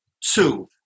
two